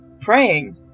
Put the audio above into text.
Praying